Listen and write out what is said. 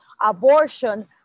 abortion